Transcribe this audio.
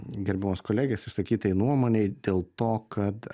gerbiamos kolegės išsakytai nuomonei dėl to kad